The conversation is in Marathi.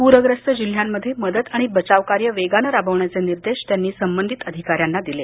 पूरग्रस्त जिल्ह्यांमध्ये मदत आणि बचाव कार्य वेगानं राबवण्याचे निर्देश त्यांनी संबंधित अधिकाऱ्यांना दिले